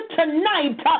tonight